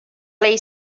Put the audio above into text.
lay